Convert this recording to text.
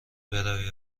بروی